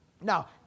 now